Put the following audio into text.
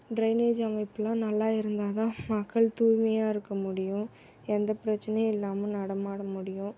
drainage அமைப்பெலாம் நல்லா இருந்தால் தான் மக்கள் தூய்மையாக இருக்க முடியும் எந்த பிரச்சினையும் இல்லாமல் நடமாட முடியும்